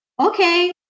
Okay